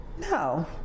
no